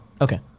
Okay